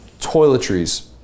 Toiletries